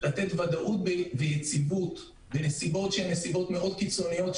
ודאות ויציבות בנסיבות מאוד קיצוניות,